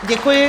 Děkuji.